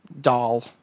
doll